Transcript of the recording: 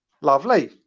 Lovely